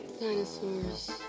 Dinosaurs